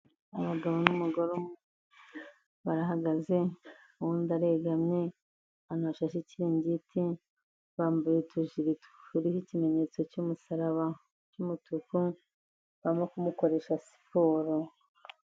Abagabo n'umugore umwe, barahagaze uwundi aregamye, ahantu hashashe ikirangiti bambaye utujiri turiho ikimenyetso cy'umusaraba cy'umutuku, barimo kumukoresha siporo.